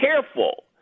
careful